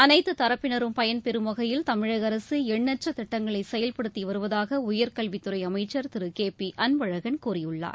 அனைத்து தரப்பினரும் பயன்பெறும் வகையில் தமிழகஅரசு எண்ணற்ற திட்டங்களை செயல்படுத்தி வருவதாக உயர்கல்வித்துறை அமைச்சர் திரு கே பி அன்பழகன் கூறியுள்ளார்